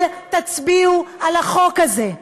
אל תצביעו על החוק הזה,